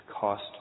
cost